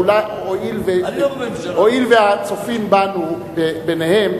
הואיל והצופים בנו, ביניהם,